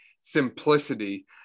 simplicity